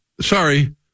sorry